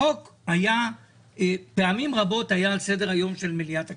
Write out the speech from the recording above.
החוק היה פעמים רבות על סדר-היום של מליאת הכנסת.